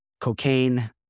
cocaine